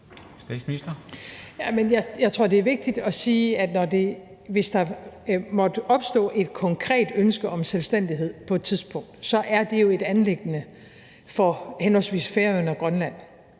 Jeg tror, det er vigtigt at sige, at hvis der måtte opstå et konkret ønske om selvstændighed på et tidspunkt, er det jo et anliggende for henholdsvis Færøerne og Grønland,